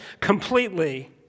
completely